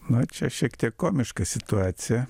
na čia šiek tiek komiška situacija